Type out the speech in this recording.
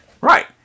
Right